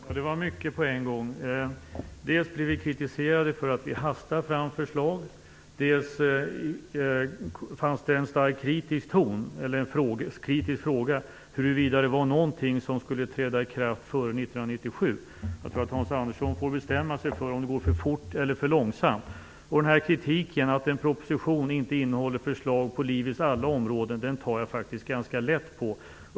Fru talman! Det var mycket på en gång. Dels blev vi kritiserade för att vi hastar fram förslag, dels ställdes det en kritisk fråga huruvida det var någonting som skulle träda i kraft före 1997. Hans Andersson får bestämma sig för om det går för fort eller för långsamt. Kritiken om att propositionen inte innehåller förslag på livets alla områden tar jag faktiskt ganska lätt på.